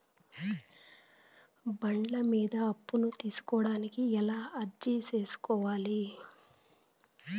బండ్ల మీద అప్పును తీసుకోడానికి ఎలా అర్జీ సేసుకోవాలి?